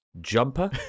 jumper